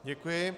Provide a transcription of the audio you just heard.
Děkuji.